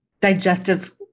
digestive